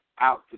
out